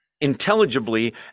intelligibly